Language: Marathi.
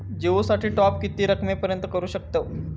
जिओ साठी टॉप किती रकमेपर्यंत करू शकतव?